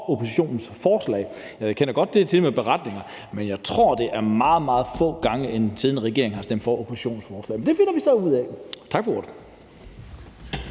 oppositionens forslag. Ja, jeg kender godt til det med beretninger, men jeg tror, det er meget, meget få gange, en siddende regering har stemt for oppositionens forslag. Men det finder vi så ud af. Tak for ordet.